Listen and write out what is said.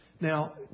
Now